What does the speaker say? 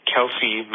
Kelsey